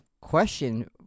question